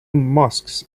mosques